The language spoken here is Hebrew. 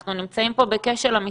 אנחנו נמצאים פה בכשל אמיתי.